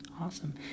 awesome